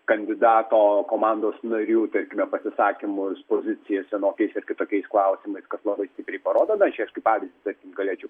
kandidato komandos narių tarkime pasisakymus pozicijas vienokiais ar kitokiais klausimais kas labai stipriai parodo na aš čia kaip pavyzdį galėčiau